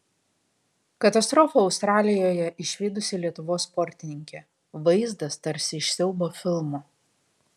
katastrofą australijoje išvydusi lietuvos sportininkė vaizdas tarsi iš siaubo filmo